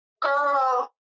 Girl